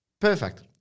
perfect